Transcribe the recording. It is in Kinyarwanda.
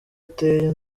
ateye